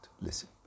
listen